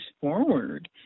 forward